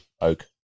oak